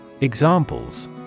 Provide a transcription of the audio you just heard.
Examples